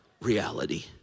reality